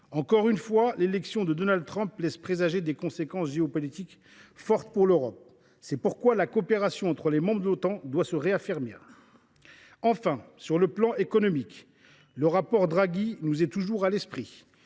Encore une fois, l’élection de Donald Trump laisse présager des conséquences géopolitiques fortes pour l’Europe. C’est pourquoi la coopération entre les membres de l’Otan doit se raffermir. Enfin, d’un point de vue économique, nous avons toujours à l’esprit